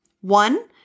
One